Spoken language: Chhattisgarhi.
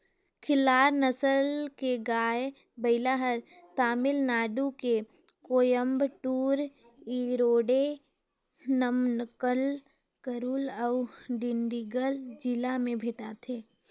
खिल्लार नसल के गाय, बइला हर तमिलनाडु में कोयम्बटूर, इरोडे, नमक्कल, करूल अउ डिंडिगल जिला में भेंटाथे